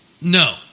No